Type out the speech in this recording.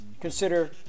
consider